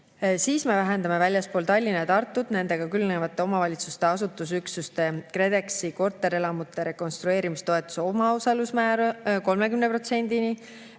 Siis me vähendame väljaspool Tallinna ja Tartut ning nendega külgnevate omavalitsuste asustusüksuste KredExi korterelamute rekonstrueerimistoetuse omaosalusmäära